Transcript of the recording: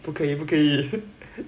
不可以不可以